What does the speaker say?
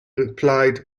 replied